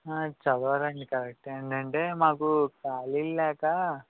ఆయ్ చదవాలండీ కరక్టే ఏంటంటే మాకు ఖాళీలు లేకా